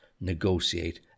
negotiate